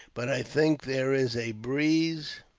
but i think there is a breeze